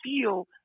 feel